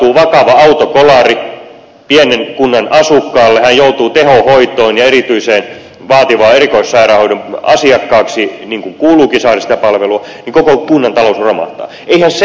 kun tapahtuu vakava autokolari pienen kunnan asukkaalle ja hän joutuu tehohoitoon ja erityisen vaativan erikoissairaanhoidon asiakkaaksi niin kuin kuuluukin saada sitä palvelua niin koko kunnan talous romahtaa